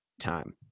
time